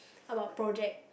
talk about project